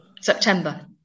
September